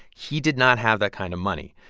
he did not have that kind of money.